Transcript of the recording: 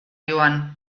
joan